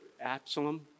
Absalom